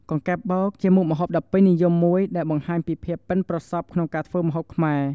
កង្កែបបោក ជាមុខម្ហូបដ៏ពេញនិយមមួយដែលបង្ហាញពីភាពប៉ិនប្រសប់ក្នុងការធ្វើម្ហូបខ្មែរ។